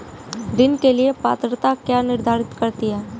ऋण के लिए पात्रता क्या निर्धारित करती है?